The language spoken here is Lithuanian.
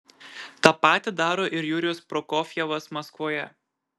tą patį daro ir jurijus prokofjevas maskvoje